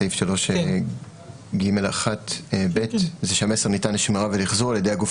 סעיף 3ג(1)(ב) זה שהמסר ניתן לשמירה ולאחזור על-ידי הגוף